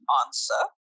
answer